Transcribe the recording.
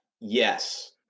yes